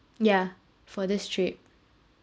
ya for this trip